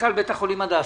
מנכ"ל בית החולים הדסה,